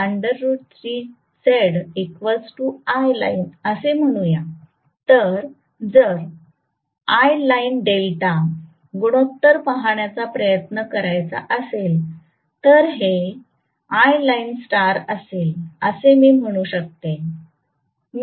तर जर Iline delta गुणोत्तर पाहण्याचा प्रयत्न करायचा असेल आणि हे Ilinestar असेल असे मी म्हणू शकते